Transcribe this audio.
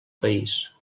país